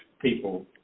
people